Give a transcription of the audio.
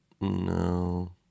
No